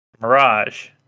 Mirage